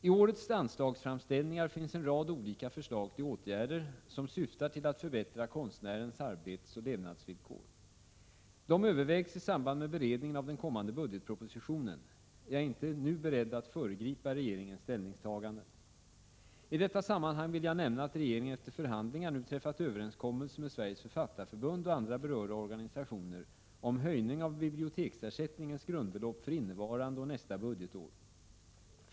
I årets anslagsframställningar finns en rad olika förslag till åtgärder som syftar till att förbättra konstnärens arbetsoch levnadsvillkor. De övervägs i samband med beredningen av den kommande budgetpropositionen. Jag är inte nu beredd att föregripa regeringens ställningstaganden. I detta sammanhang vill jag nämna att regeringen efter förhandlingar nu träffat överenskommelse med Sveriges författarförbund och andra berörda organisationer om höjning av biblioteksersättningens grundbelopp för innevarande och nästa budgetår.